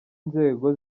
nzego